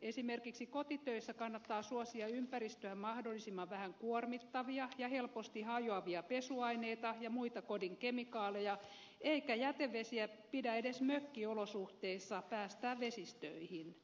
esimerkiksi kotitöissä kannattaa suosia ympäristöä mahdollisimman vähän kuormittavia ja helposti hajoavia pesuaineita ja muita kodin kemikaaleja eikä jätevesiä pidä edes mökkiolosuhteissa päästää vesistöihin